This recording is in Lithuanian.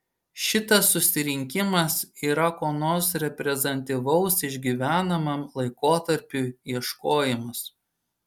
šitas susirinkimas yra ko nors reprezentatyvaus išgyvenamam laikotarpiui ieškojimas